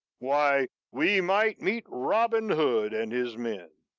why, we might meet robin hood and his men.